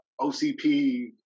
OCP